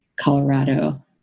Colorado